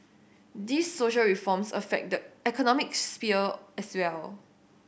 these social reforms affect the economic sphere as well